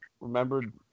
remembered